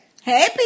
Hey